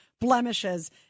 blemishes